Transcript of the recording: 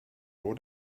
all